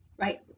Right